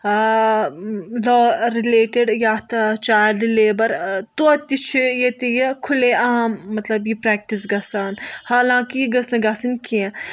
لا رِلیٹِڈ یَتھ child labour توتہِ تِہ چھِ ییٚتہِ یِہِ کھُلے عام مطلب یِہِ پَرؠکٹِس گَژھان حالانٛکہ یہِ گٔژھ نہٕ گَژھٕنۍ کیٚنٛہہ